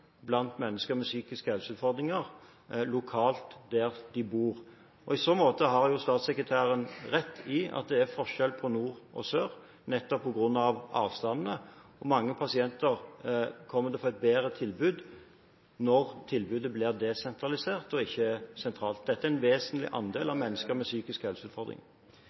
mennesker med psykiske helseutfordringer, lokalt der de bor. I så måte har jo statssekretæren rett i at det er forskjell på nord og sør, nettopp på grunn av avstandene. Mange pasienter kommer til å få et bedre tilbud når tilbudet blir desentralisert og ikke er sentralt. Dette er en vesentlig andel av mennesker med psykiske helseutfordringer.